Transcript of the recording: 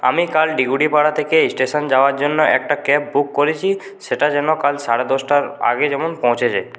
আমি কাল ডিহুডি পাড়া থেকে স্টেশন যাওয়ার জন্য একটা ক্যাব বুক করেছি সেটা যেন কাল সাড়ে দশটার আগে যেন পৌঁছে যায়